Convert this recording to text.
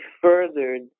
furthered